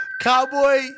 Cowboy